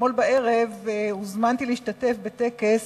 אתמול בערב הוזמנתי להשתתף בטקס